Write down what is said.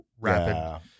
rapid